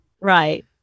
Right